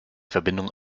verbindung